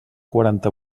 quaranta